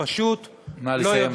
פשוט לא יודעים נא לסיים.